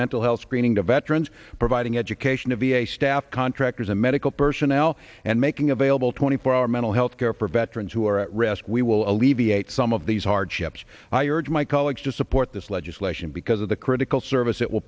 mental health screening to veterans providing education of v a staff contractors and medical personnel and making available twenty four hour mental health care for veterans who are at risk we will alleviate some of these hardships i urge my colleagues to support this legislation because of the critical service it will